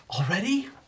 already